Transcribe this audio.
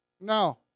No